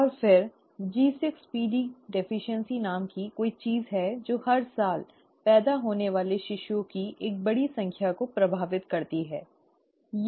और फिर G6PD की कमी नाम की कोई चीज है जो हर साल पैदा होने वाले शिशुओं की एक बड़ी संख्या को प्रभावित करती है सही